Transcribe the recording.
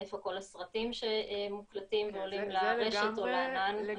לאיפה כל הסרטים שמוקלטים ועולים לרשת או לענן.